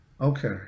okay